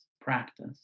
practice